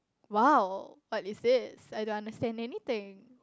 !wow! what is this I don't understand anything